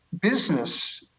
business